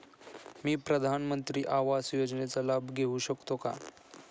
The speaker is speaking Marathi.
मी प्रधानमंत्री आवास योजनेचा लाभ घेऊ शकते का?